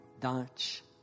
Dutch